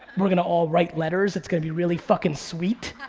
we're gonna all write letters, it's gonna be really fucking sweet?